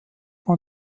man